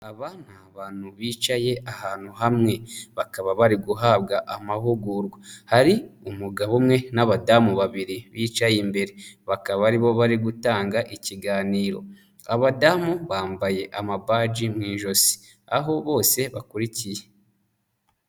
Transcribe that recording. Aba ni bantu bicaye ahantu hamwe, bakaba bari guhabwa amahugurwa, hari umugabo umwe n'abadamu babiri bicaye imbere, bakaba aribo bari gutanga ikiganiro, abadamu bambaye amabaji mu ijosi, aho bose bakurikiye.